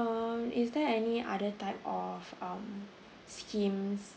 um is there any other type of um schemes